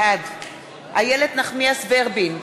בעד איילת נחמיאס ורבין,